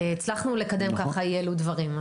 הצלחנו לקדם ככה אי אלו דברים.